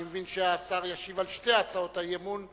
אני מבין שהשר ישיב על שתי הצעות האי-אמון,